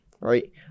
Right